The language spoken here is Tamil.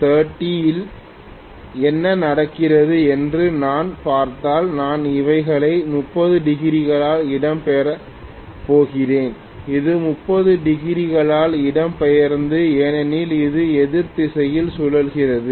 ωt30 இல் என்ன நடக்கிறது என்று நான் பார்த்தால் நான் இவைகளை 30 டிகிரி களால் இடம் பெயர்க்கப் போகிறேன் இது 30 டிகிரி களால் இடம்பெயர்ந்தது ஏனெனில் அது எதிர் திசையில் சுழல்கிறது